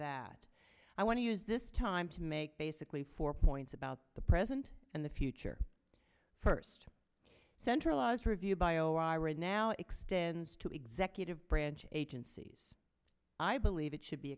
that i want to use this time to make basically four points about the present and the future first centralize review bio i read now extends to executive branch agencies i believe it should be